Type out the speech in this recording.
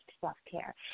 self-care